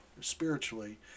spiritually